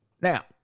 Now